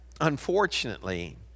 unfortunately